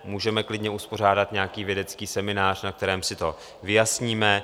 Můžeme klidně uspořádat nějaký vědecký seminář, na kterém si to vyjasníme.